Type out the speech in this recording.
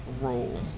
role